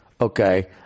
Okay